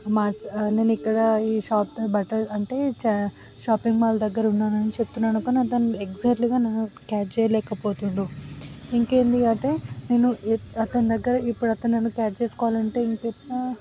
నేను ఇక్కడ ఈ షాప్ అంటే ఈ షాప్ బట్టలు అంటే ఇచ్చా షాపింగ్ మాల్ దగ్గర ఉన్నాను అని చెప్తున్నాను కానీ అతను ఎగ్జాక్ట్లీగా నన్ను క్యాచ్ చేయలేకపోతున్నాడు ఇంకేంటి అంటే నేను అతని దగ్గర ఇప్పుడు అతను నన్ను క్యాచ్ చేసుకోవాలంటే ఇంకా ఎట్లా